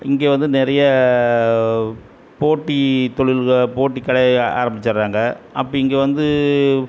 இங்கே வந்து நிறைய போட்டி தொழில்கள் போட்டி கடையை ஆரம்பிச்சிடுறாங்க அப்படி இங்கே வந்து